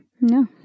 No